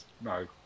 No